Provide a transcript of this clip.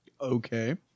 Okay